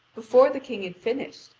before the king had finished,